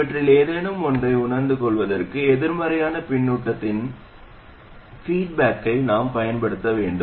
இவற்றில் ஏதேனும் ஒன்றை உணர்ந்து கொள்வதற்கு எதிர்மறையான பின்னூட்டத்தின் கருத்தை நாம் பயன்படுத்த வேண்டும்